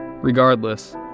Regardless